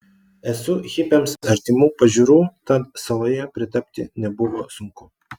esu hipiams artimų pažiūrų tad saloje pritapti nebuvo sunku